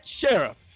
sheriff